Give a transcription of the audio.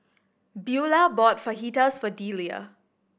Beaulah bought Fajitas for Delia